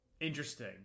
interesting